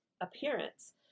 appearance